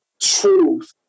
truth